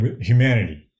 humanity